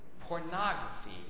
Pornography